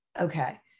Okay